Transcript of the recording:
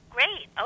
Great